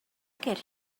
get